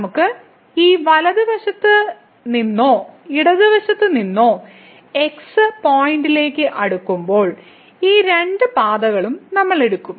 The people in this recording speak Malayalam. നമുക്ക് ഈ y വലതുവശത്ത് നിന്നോ ഇടത് വശത്തു നിന്നോ x ഈ പോയിന്റിലേക്ക് അടുക്കുമ്പോൾ ഈ രണ്ട് പാതകളും നമ്മൾ എടുക്കും